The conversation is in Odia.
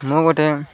ମୁଁ ଗୋଟେ